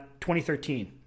2013